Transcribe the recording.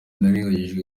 nagerageje